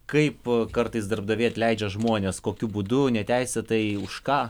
kaip kartais darbdaviai atleidžia žmones kokiu būdu neteisėtai už ką